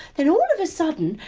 then all of a sudden,